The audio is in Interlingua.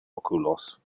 oculos